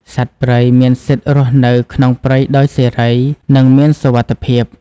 សត្វព្រៃមានសិទ្ធិរស់នៅក្នុងព្រៃដោយសេរី និងមានសុវត្ថិភាព។